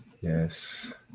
yes